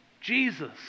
Jesus